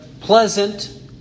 pleasant